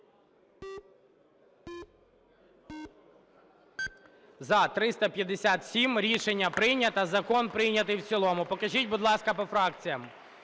За-357 Рішення прийнято. Закон прийнятий в цілому. Покажіть, будь ласка, по фракціям.